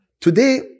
Today